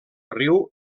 riu